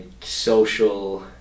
social